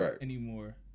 anymore